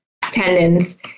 tendons